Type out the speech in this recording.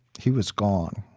he was gone.